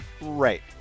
Right